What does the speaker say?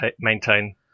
maintain